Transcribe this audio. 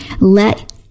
Let